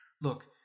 Look